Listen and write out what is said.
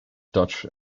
dutch